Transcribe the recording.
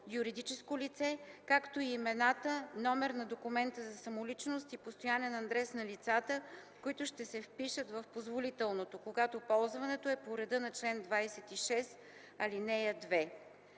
юридическо лице, както и имената, номер на документа за самоличност и постоянен адрес на лицата, които ще се впишат в позволителното, когато ползването е по реда на чл. 26, ал.